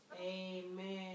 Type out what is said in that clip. Amen